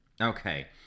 Okay